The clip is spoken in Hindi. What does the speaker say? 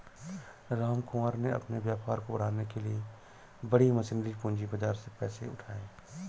रामकुमार ने अपने व्यापार को बढ़ाने के लिए बड़ी मशीनरी पूंजी बाजार से पैसे उठाए